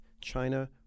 China